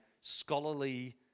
scholarly